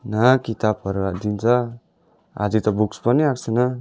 न किताब दिन्छ आधा त बुक्स पनि आएको छैन